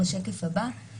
בבקשה, כן.